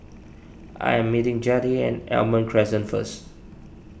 I am meeting Jettie at Almond Crescent first